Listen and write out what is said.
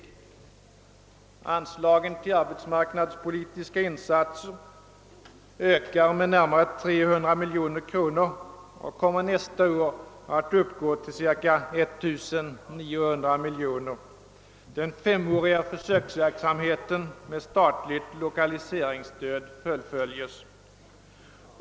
Anslagen till arbetsmarknadspolitiska insatser ökar med närmare 300 miljoner kronor och kommer nästa år att uppgå till cirka 1900 miljoner kronor. Den femåriga försöksverksamheten med statligt lokaliseringsstöd skall fullföljas.